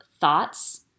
thoughts